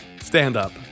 Stand-up